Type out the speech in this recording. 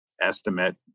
estimate